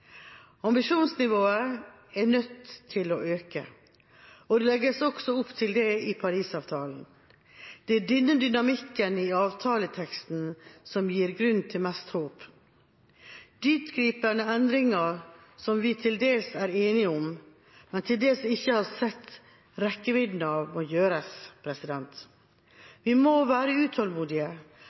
Ambisjonsnivået er nødt til å øke, og det legges også opp til det i Paris-avtalen. Det er denne dynamikken i avtaleteksten som gir grunn til mest håp. Dyptgripende endringer som vi til dels er enige om, men til dels ikke har sett rekkevidden av, må gjøres. Vi må være utålmodige,